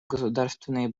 государственные